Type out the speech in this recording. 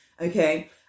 Okay